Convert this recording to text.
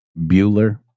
Bueller